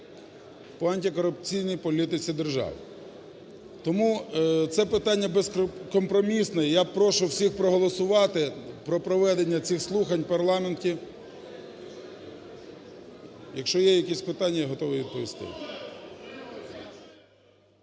по антикорупційній політиці держави, тому це питання безкомпромісне, і я прошу всіх проголосувати про проведення цих слухань в парламенті. Якщо є якісь питання, я готовий відповісти.